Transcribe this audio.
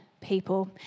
people